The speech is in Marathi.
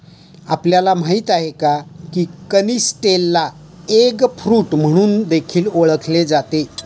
आपल्याला माहित आहे का? की कनिस्टेलला एग फ्रूट म्हणून देखील ओळखले जाते